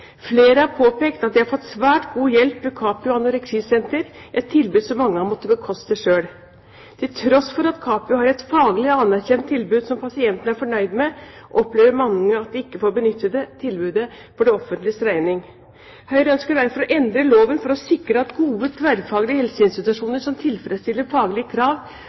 Flere har påpekt at de har fått svært god hjelp ved Capio Anoreksi Senter, et tilbud mange har måttet bekoste selv. Til tross for at Capio har et faglig anerkjent tilbud som pasientene er fornøyd med, opplever mange at de ikke får benyttet tilbudet for det offentliges regning. Høyre ønsker derfor å endre loven for å sikre at gode tverrfaglige helseinstitusjoner som tilfredsstiller faglige krav